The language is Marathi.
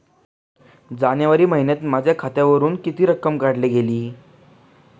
जानेवारी महिन्यात माझ्या खात्यावरुन किती रक्कम काढली गेली?